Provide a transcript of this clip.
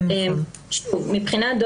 אמרנו שעל כל פנייה יהיה אפשר להשיב